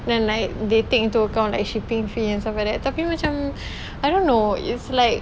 then like they take into account like shipping fee and stuff like that tapi macam I don't know it's like